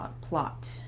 plot